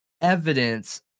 evidence